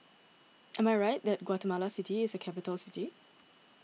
am I right that Guatemala City is a capital city